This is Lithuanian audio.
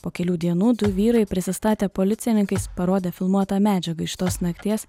po kelių dienų du vyrai prisistatę policininkais parodė filmuotą medžiagą iš tos nakties